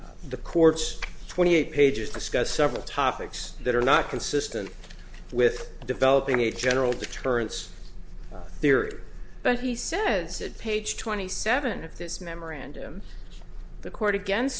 the court's twenty eight pages discussed several topics that are not consistent with developing a general deterrence theory but he said said page twenty seven of this memorandum the court against